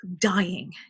dying